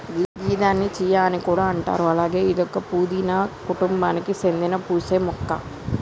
గిదాన్ని చియా అని కూడా అంటారు అలాగే ఇదొక పూదీన కుటుంబానికి సేందిన పూసే మొక్క